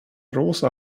rosa